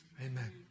Amen